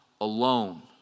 alone